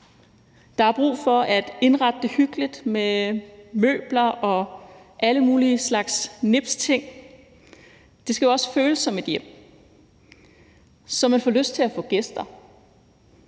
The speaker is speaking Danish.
Der er brug for at indrette det hyggeligt med møbler og alle mulige slags nipsting. Det skal jo også føles som et hjem, så man får lyst til at få gæster.